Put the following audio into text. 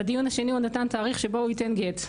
בדיון השני הוא נתן תאריך שבו הוא ייתן גט,